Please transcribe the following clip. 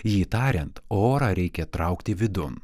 jį tariant orą reikia traukti vidun